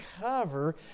cover